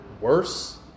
worse